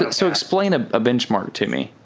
so explain a ah benchmark to me.